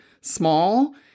small